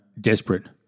desperate